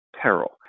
peril